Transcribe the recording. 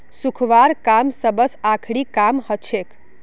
सुखव्वार काम सबस आखरी काम हछेक